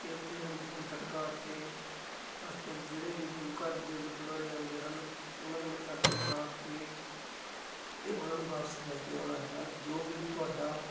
ਅਤੇ ਉੱਥੇ ਅੰਬਰਸਰ ਮੱਥਾ ਟੇਕਾ ਕੇ ਰਸਤੇ ਵਿੱਚ ਜਿਹੜੇ ਵੀ ਗੁਰੂ ਘਰ ਦੇ ਗੁਰਦੁਆਰੇ ਆਉਂਦੇ ਹਨ ਉਹਨਾਂ ਦਾ ਮੱਥਾ ਟੇਕਾ ਕੇ ਫਿਰ ਉਹਨਾਂ ਨੂੰ ਵਾਪਸ ਲੈ ਕੇ ਆਉਣਾ ਹੈ ਰ ਜੋ ਵੀ ਤੁਹਾਡਾ